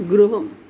गृहम्